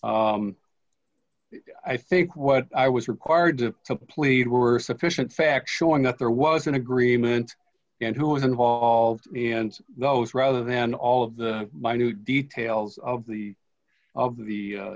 but i think what i was required to plead were sufficient factual and that there was an agreement and who was involved in those rather than all of the minute details of the of the